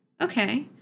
Okay